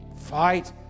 fight